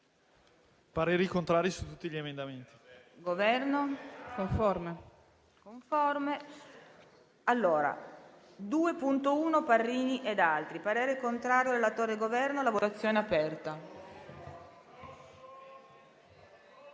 parere contrario su tutti gli emendamenti,